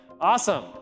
Awesome